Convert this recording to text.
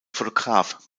fotograf